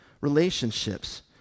relationships